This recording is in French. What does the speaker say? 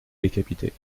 décapité